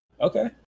Okay